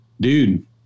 dude